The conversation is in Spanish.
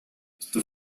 esto